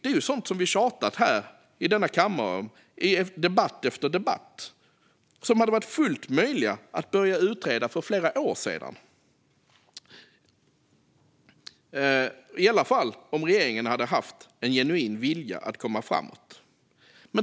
Det är sådant vi tjatat om här i kammaren i debatt efter debatt, som det hade varit fullt möjligt att börja utreda för flera år sedan om regeringen hade haft en genuin vilja att komma framåt.